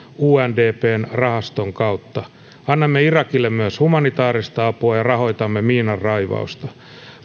undpn rahaston kautta annamme irakille myös humanitaarista apua ja rahoitamme miinanraivausta